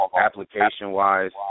application-wise